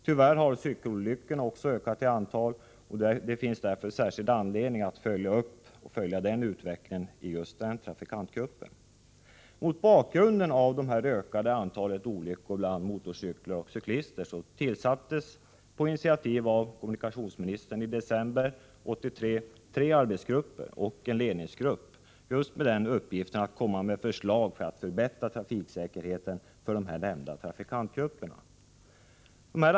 Tyvärr har också olyckorna bland cyklisterna ökat i antal, och det finns därför särskild anledning att följa utvecklingen i denna trafikantgrupp. Mot bakgrund av det ökade antalet motorcykeloch cykelolyckor tillsattes på initiativ av kommunikationsministern i december 1983 tre arbetsgrupper och en ledningsgrupp med uppgift att lägga fram förslag för att förbättra trafiksäkerheten för nämnda trafikantgrupper.